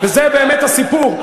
וזה באמת הסיפור,